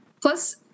Plus